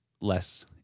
less